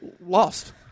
lost